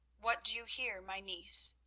what do you hear, my niece?